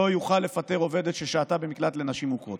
יוכל לפטר עובדת ששהתה במקלט לנשים מוכות.